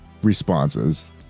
responses